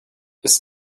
ist